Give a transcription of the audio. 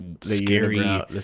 scary